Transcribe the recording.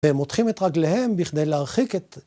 ‫והם מותחים את רגליהם ‫בכדי להרחיק את...